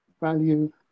value